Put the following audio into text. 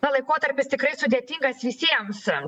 na laikotarpis tikrai sudėtingas visiems